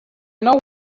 know